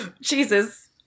Jesus